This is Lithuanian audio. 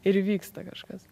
ir įvyksta kažkas